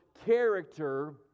character